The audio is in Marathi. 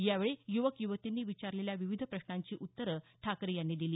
यावेळी य्वक युवतींनी विचारलेल्या विविध प्रश्नांची उत्तरं आदित्य ठाकरे यांनी दिली